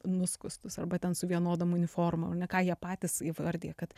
nuskustus arba ten su vienodom uniformom ar ne ką jie patys įvardija kad